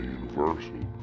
universal